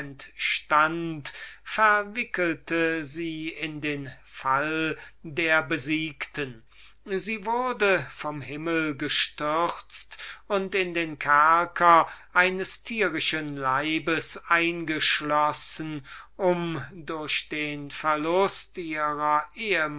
entstand verwickelte sie in den fall der besiegten sie ward vom himmel gestürzt und in den kerker eines tierischen leibes eingeschlossen um durch den verlust ihrer